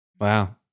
Wow